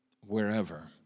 wherever